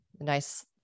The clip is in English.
nice